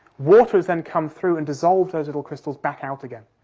water has then come through and dissolved those little crystals back out again,